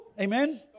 Amen